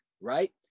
right